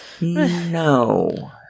no